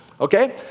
okay